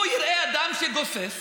הוא יראה אדם שגוסס,